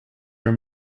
are